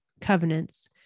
covenants